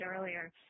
earlier